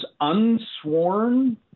unsworn